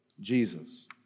Jesus